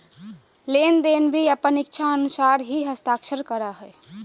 लेनदार भी अपन इच्छानुसार ही हस्ताक्षर करा हइ